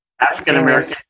African-American